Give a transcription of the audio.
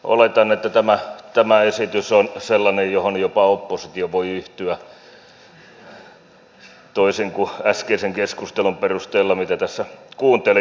oletan että tämä esitys on sellainen johon jopa oppositio voi yhtyä toisin kuin äskeisen keskustelun perusteella mitä tässä kuuntelin